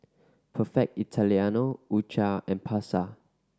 Perfect Italiano U Cha and Pasar